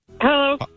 Hello